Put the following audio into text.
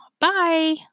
Bye